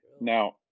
now